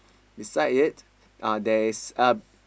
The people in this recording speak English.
beside it uh there is uh